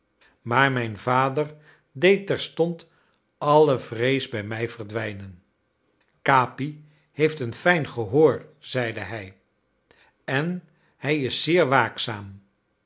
maar mijn vader deed terstond alle vrees bij mij verdwijnen capi heeft een fijn gehoor zeide hij en hij is zeer waakzaam